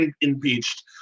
impeached